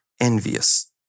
envious